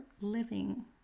living